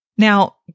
Now